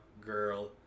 girl